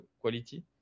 quality